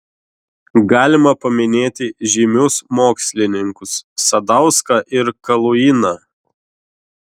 galima paminėti žymius mokslininkus sadauską ir kaluiną